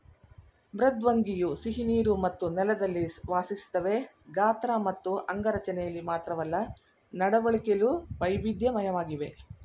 ಮೃದ್ವಂಗಿಯು ಸಿಹಿನೀರು ಮತ್ತು ನೆಲದಲ್ಲಿ ವಾಸಿಸ್ತವೆ ಗಾತ್ರ ಮತ್ತು ಅಂಗರಚನೆಲಿ ಮಾತ್ರವಲ್ಲ ನಡವಳಿಕೆಲು ವೈವಿಧ್ಯಮಯವಾಗಿವೆ